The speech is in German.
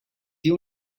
die